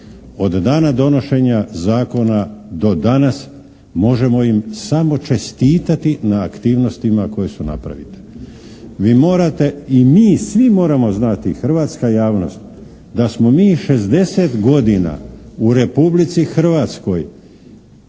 od dana donošenja zakona do danas, možemo im samo čestitati na aktivnostima koje su napravite. Vi morate i mi svi moramo znati i hrvatska javnost, da smo mi 60 godina u Republici Hrvatskoj